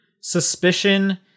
suspicion